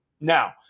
Now